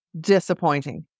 disappointing